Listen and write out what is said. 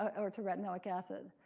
ah or to retinoic acid.